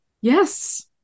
Yes